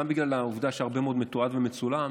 גם בגלל העובדה שהרבה מאוד מתועד ומצולם,